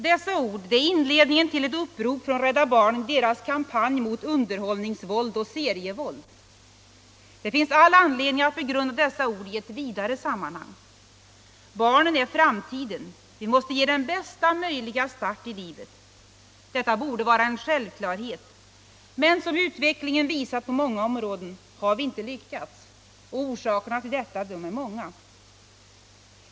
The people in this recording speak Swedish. Dessa ord är inledningen till ett upprop från Rädda barnen i dess kampanj mot underhållningsvåld och serievåld. Det finns all anledning att begrunda dem i ett vidare sammanhang. Barnen är framtiden. Vi måste ge dem bästa möjliga start i livet — det borde vara en självklarhet, men som utvecklingen visat på många områden har vi inte lyckats. Orsakerna till detta är många.